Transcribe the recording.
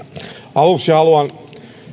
aluksi haluan